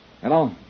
Hello